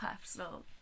personal